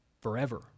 forever